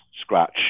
scratch